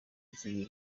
iki